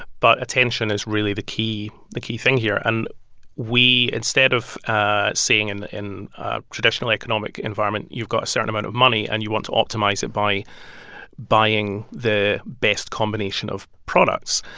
but attention is really the key the key thing here. and we, instead of ah say and in a traditional economic environment you've got a certain amount of money, and you want to optimize it by buying the best combination of products.